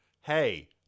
hey